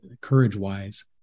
courage-wise